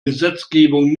gesetzgebung